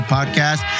Podcast